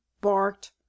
barked